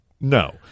no